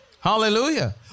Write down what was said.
Hallelujah